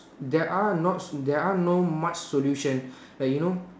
there are not so there are no much solutions like you know